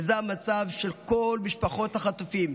וזה המצב של כל משפחות החטופים.